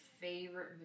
favorite